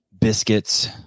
biscuits